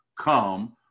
come